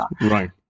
Right